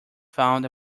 found